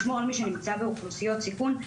לשמור על מי שנמצא באוכלוסיות סיכון.